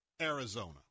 Arizona